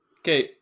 Okay